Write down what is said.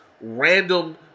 random